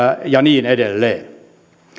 ja niin edelleen